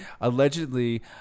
allegedly